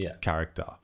character